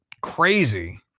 crazy